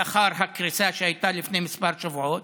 לאחר הקריסה שהייתה לפני כמה שבועות,